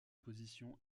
position